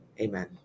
amen